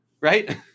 Right